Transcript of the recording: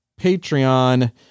patreon